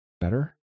Better